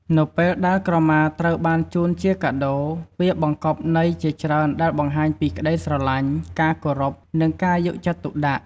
នៅពេលដែលក្រមាត្រូវបានជូនជាកាដូ វាបង្កប់ន័យជាច្រើនដែលបង្ហាញពីក្ដីស្រលាញ់ ការគោរព និងការយកចិត្តទុកដាក់។